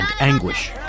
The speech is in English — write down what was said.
anguish